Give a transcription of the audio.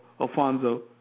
Alfonso